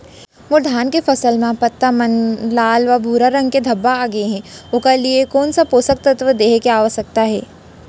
मोर धान के फसल म पत्ता मन म लाल व भूरा रंग के धब्बा आप गए हे ओखर लिए कोन स पोसक तत्व देहे के आवश्यकता हे?